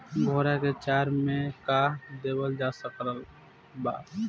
घोड़ा के चारा मे का देवल जा सकत बा?